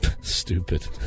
Stupid